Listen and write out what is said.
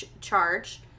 charge